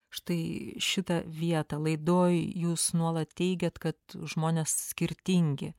štai šitą vietą laidoj jūs nuolat teigėt kad žmonės skirtingi